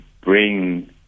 bring